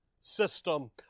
system